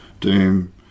Doom